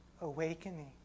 awakening